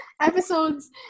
episodes